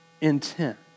intent